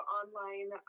online